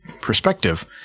perspective